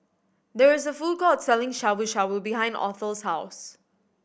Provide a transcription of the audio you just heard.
there is a food court selling Shabu Shabu behind Othel's house